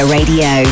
Radio